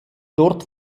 dort